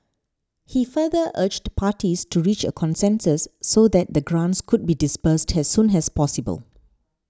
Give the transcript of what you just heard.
he further urged parties to reach a consensus so that the grants could be disbursed has soon has possible